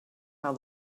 how